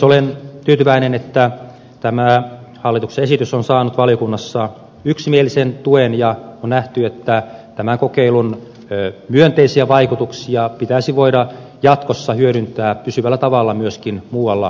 olen tyytyväinen että tämä hallituksen esitys on saanut valiokunnassa yksimielisen tuen ja on nähty että tämän kokeilun myönteisiä vaikutuksia pitäisi voida jatkossa hyödyntää pysyvällä tavalla myöskin muualla suomessa